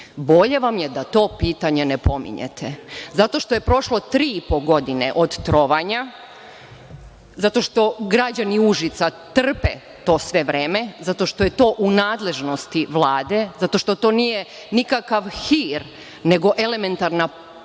bolje vam je da to pitanje ne pominjete. Zato što je prošlo tri i po godine od trovanja, zato što građani Užica trpe to sve vreme, zato što je to u nadležnosti Vlade, zato što to nije nikakav hir, nego elementarna potreba